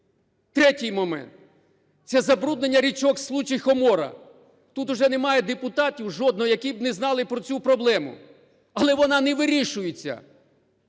Третій момент. Це забруднення річок Случ і Хомора. Тут вже немає депутатів жодного, які б не знали про цю проблему, але вона не вирішується.